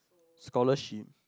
scholarship